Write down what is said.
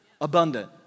Abundant